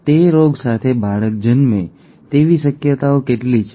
તે રોગ સાથે બાળક જન્મે તેવી શક્યતાઓ કેટલી છે